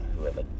whoever